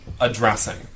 addressing